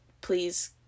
please